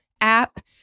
app